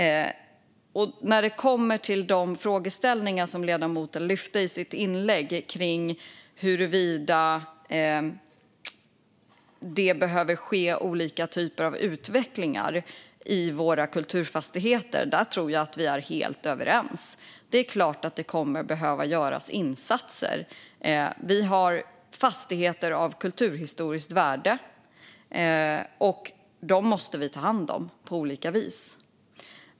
När det kommer till de frågeställningar som ledamoten lyfte i sitt inlägg kring huruvida det behöver ske olika typer av utveckling i våra kulturfastigheter tror jag att vi är helt överens. Det är klart att det kommer att behöva göras insatser. Vi har fastigheter av kulturhistoriskt värde, och dem måste vi ta hand om på olika vis.